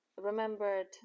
remembered